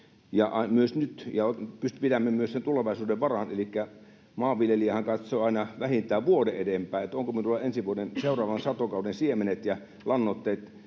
kansalaiset ja myös pidämme sen tulevaisuuden varan. Maanviljelijähän katsoo aina vähintään vuoden eteenpäin: onko minulla ensi vuoden, seuraavan satokauden, siemenet ja lannoitteet